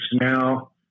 now